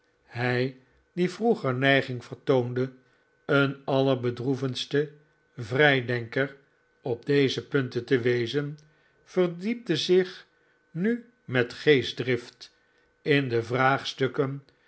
hij die vroeger neiging vertoonde een allerbedroevendste vrijdenker op deze punten te wezen verdiepte zich nu met geestdrift in de vraagstukken